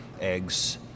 Eggs